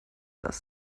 das